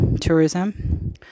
tourism